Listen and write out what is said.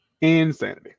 Insanity